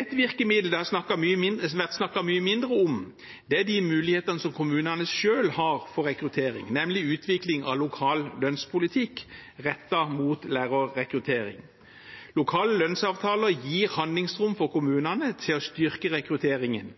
Et virkemiddel det har vært snakket mye mindre om, er de mulighetene som kommunene selv har for rekruttering, nemlig utvikling av lokal lønnspolitikk rettet mot lærerrekruttering. Lokale lønnsavtaler gir handlingsrom for kommunene til å styrke rekrutteringen.